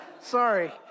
Sorry